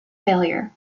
failure